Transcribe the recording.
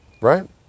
right